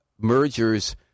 mergers